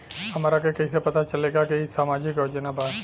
हमरा के कइसे पता चलेगा की इ सामाजिक योजना बा?